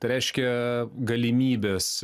tai reiškia galimybės